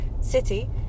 City